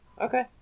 okay